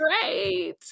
great